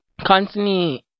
constantly